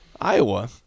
Iowa